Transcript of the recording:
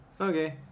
okay